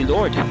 Lord